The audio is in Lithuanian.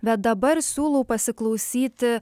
bet dabar siūlau pasiklausyti